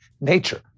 nature